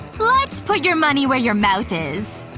let's put your money where your mouth is!